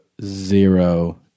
zero